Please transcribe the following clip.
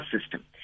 system